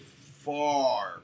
far